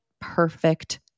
perfect